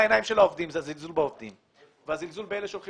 תסתכלו בעיני העובדים זה זלזול בעובדים וזלזול באלה שהולכים